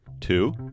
two